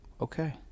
okay